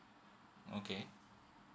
okay